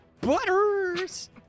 Butters